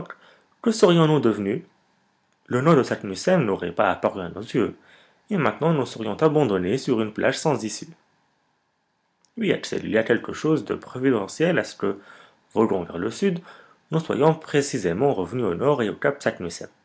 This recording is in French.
que serions-nous devenus le nom de saknussemm n'aurait pas apparu à nos yeux et maintenant nous serions abandonnés sur une plage sans issue oui axel il y a quelque chose de providentiel à ce que voguant vers le sud nous soyons précisément revenus au nord et au cap